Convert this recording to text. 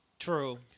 True